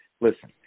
Listen